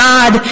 God